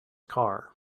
car